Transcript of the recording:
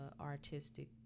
artistic